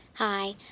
Hi